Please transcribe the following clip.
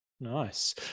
Nice